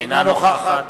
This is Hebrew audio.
אינה נוכחת